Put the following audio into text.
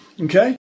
Okay